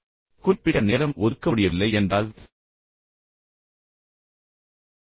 ஒரு குறிப்பிட்ட மணிநேரத்தைத் திட்டமிட முடியாது என்று நீங்கள் நினைத்தால் பரவாயில்லை